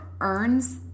earns